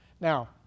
Now